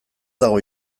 dago